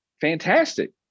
Fantastic